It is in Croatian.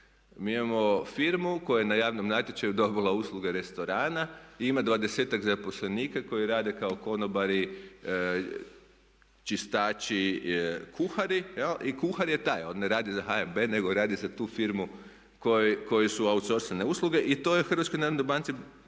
Mi imamo firmu koja je na javnom natječaju dobila usluge restorana i ima 20-ak zaposlenika koji rade kao konobari, čistaći, kuhari. I kuhar je taj. On ne radi za HNB nego radi za tu firmu kojoj su outsourcane usluge i to je HNB-u između